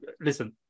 listen